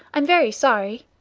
i'm very sorry.